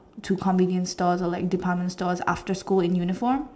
to convenient stores or like department stores after school in uniform